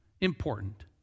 important